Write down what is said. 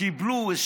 קיבלו,